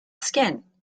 skin